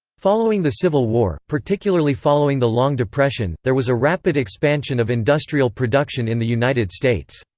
following the civil war, particularly following the long depression, there was a rapid expansion of industrial production in the united states.